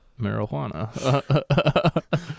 marijuana